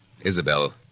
Isabel